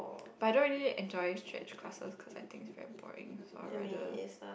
but I don't really enjoy stretch classes cause I think is very boring so I rather